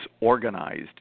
organized